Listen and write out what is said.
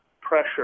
pressure